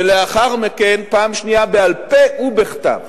ולאחר מכן פעם שנייה בעל-פה ובכתב.